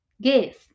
Guess